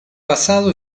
pasado